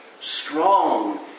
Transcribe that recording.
strong